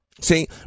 See